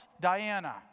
Diana